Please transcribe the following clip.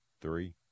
Three